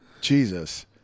jesus